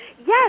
yes